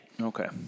Okay